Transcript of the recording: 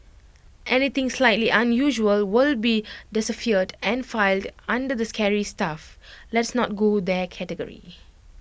anything slightly unusual will be deciphered and filed under the scary stuff let's not go there category